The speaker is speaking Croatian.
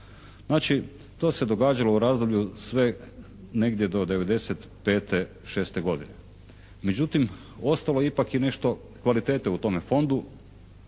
Znači to se događalo u razdoblju sve negdje do '95., '96. godine. Međutim, ostalo je ipak i nešto kvalitete u tome fondu.